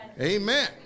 Amen